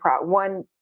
one